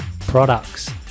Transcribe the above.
products